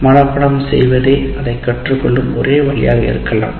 மனப்பாடம் செய்வதே அதை கற்றுக்கொள்ளும் ஒரு வழியாக இருக்கலாம்